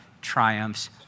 triumphs